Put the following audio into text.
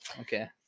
Okay